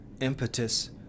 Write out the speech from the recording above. impetus